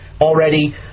already